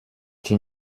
die